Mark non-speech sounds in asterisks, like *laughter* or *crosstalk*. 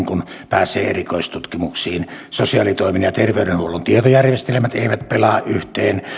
*unintelligible* kuin pääsee erikoistutkimuksiin sosiaalitoimen ja terveydenhuollon tietojärjestelmät eivät pelaa yhteen